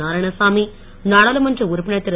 நாராயணாசாமி நாடாளுமன்ற உறுப்பினர் திரு